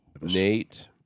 Nate